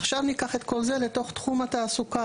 עכשיו ניקח את כל זה לתוך תחום התעסוקה.